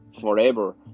forever